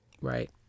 Right